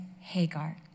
Hagar